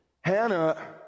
Hannah